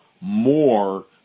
more